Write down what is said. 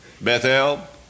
Bethel